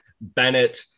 Bennett